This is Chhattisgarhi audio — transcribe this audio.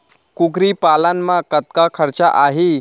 कुकरी पालन म कतका खरचा आही?